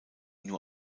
nur